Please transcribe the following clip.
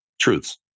truths